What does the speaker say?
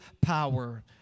power